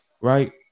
right